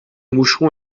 moucheron